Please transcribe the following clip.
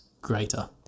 greater